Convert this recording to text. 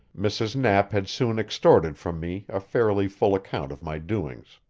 mrs. knapp had soon extorted from me a fairly full account of my doings.